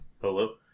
Hello